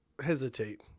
hesitate